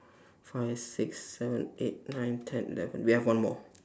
five six seven eight nine ten eleven we have one more